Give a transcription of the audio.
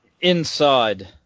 Inside